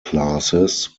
classes